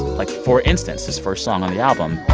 like, for instance, this first song on the album.